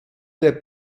der